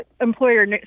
employer